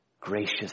gracious